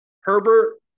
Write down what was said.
Herbert